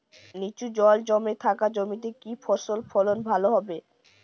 নিচু জল জমে থাকা জমিতে কি ফসল ফলন ভালো হবে?